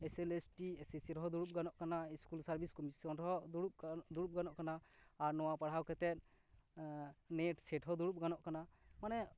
S L S T S S C ᱨᱮᱦᱚᱸ ᱫᱩᱲᱩᱵ ᱜᱟᱱᱚᱜ ᱠᱟᱱᱟ ᱤᱥᱠᱩᱞ ᱥᱟᱨᱵᱷᱤᱥ ᱠᱳᱢᱤᱥᱚᱱ ᱨᱮᱦᱚᱸ ᱫᱩᱲᱩᱵ ᱜᱟᱱᱚᱜ ᱠᱟᱱᱟ ᱟᱨ ᱱᱚᱶᱟ ᱯᱟᱲᱦᱟᱣ ᱠᱟᱛᱮᱫ ᱱᱮᱴ ᱥᱮᱴ ᱦᱚᱸ ᱫᱩᱲᱩᱵ ᱜᱟᱱᱚᱜ ᱠᱟᱱᱟ ᱢᱟᱱᱮ